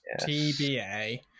tba